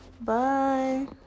Bye